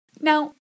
Now